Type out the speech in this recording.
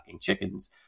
chickens